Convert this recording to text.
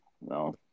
No